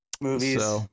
movies